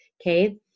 okay